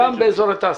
גם באזורי תעשייה.